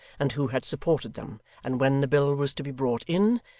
and who had supported them, and when the bill was to be brought in,